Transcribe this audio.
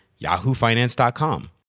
yahoofinance.com